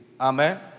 Amen